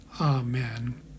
Amen